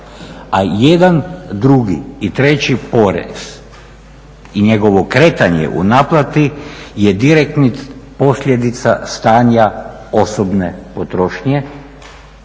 a jedan, drugi i treći porez i njegovo kretanje u naplati je direktna posljedica stanja osobne potrošnje,